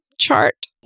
chart